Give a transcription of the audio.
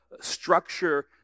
structure